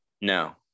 No